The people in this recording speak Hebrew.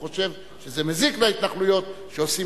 הוא חושב שזה מזיק להתנחלויות שעושים